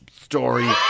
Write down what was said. story